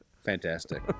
fantastic